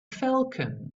falcon